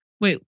Wait